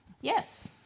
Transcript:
Yes